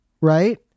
right